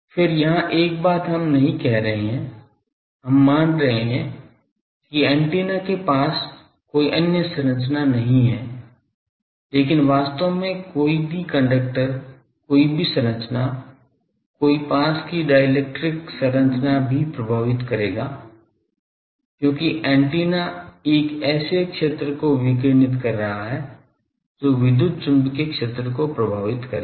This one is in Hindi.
फिर यहां एक बात हम नहीं कह रहे हैं हम मान रहे हैं कि एंटीना के पास कोई अन्य संरचना नहीं है लेकिन वास्तव में कोई भी कंडक्टर कोई भी संरचना कोई पास की डाइइलेक्ट्रिक संरचना भी प्रभावित करेगा क्योंकि एंटीना एक ऐसे क्षेत्र को विकिरणित कर रहा है जो विद्युत चुम्बकीय क्षेत्र को प्रभावित करेगा